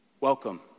welcome